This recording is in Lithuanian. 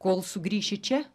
kol sugrįši čia